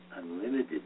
unlimited